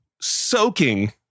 soaking